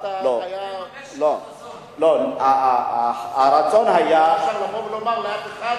היה אפשר לבוא ולומר: לאף אחד,